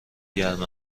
گرم